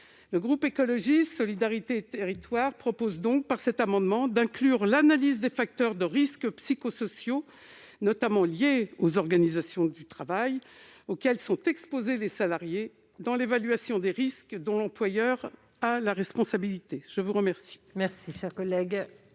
Le groupe Écologiste - Solidarité et Territoires propose donc, par cet amendement, d'inclure l'analyse des facteurs de risques psychosociaux, notamment liés aux organisations du travail, auxquels sont exposés les salariés dans l'évaluation des risques dont l'employeur a la responsabilité. Quel est l'avis de la